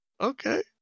okay